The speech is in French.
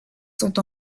sont